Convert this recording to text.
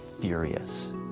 furious